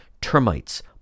termites